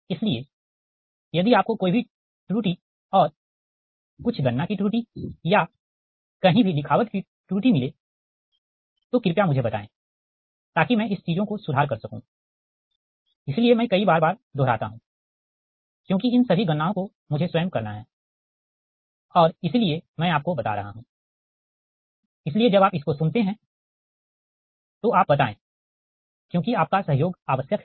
इसलिए यदि आपको कोई भी त्रुटि और कुछ गणना की त्रुटि या कहीं भी लिखावट की त्रुटि मिले तो कृपया मुझे बताएँ ताकि मैं इस चीजों को सुधार कर सकूँ मैं कई बार दोहराता हूँ क्योंकि इन सभी गणनाओं को मुझे स्वयं करना है और इसीलिए मैं आपको बता रहा हूँ जब आप इसको सुनते हैं तो आप बताएँ क्योंकि आपका सहयोग आवश्यक है